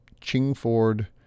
Chingford